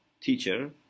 teacher